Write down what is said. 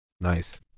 Nice